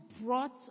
brought